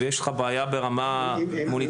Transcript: האם יש לך בעיה ברמה מוניציפלית?